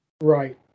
Right